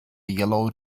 yellow